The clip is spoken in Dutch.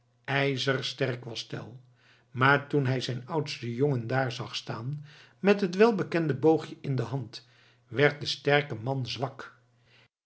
ijzersterk was tell maar toen hij zijn oudsten jongen daar zag staan met het welbekende boogje in de hand werd de sterke man zwak